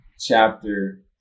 chapter